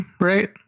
right